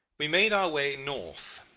we made our way north.